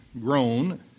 grown